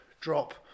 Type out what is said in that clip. drop